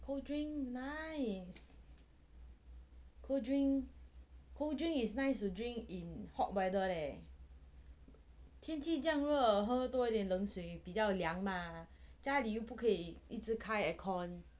nice cold drink cold drink is nice to drink in hot weather leh 天气这样热喝多一点冷水比较凉 mah 家里又不可以一直开 aircon